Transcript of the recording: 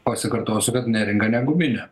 pasikartosiu kad neringa ne guminė